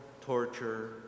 torture